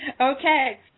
Okay